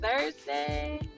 Thursday